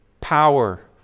power